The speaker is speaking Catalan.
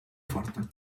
forta